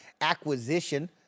acquisition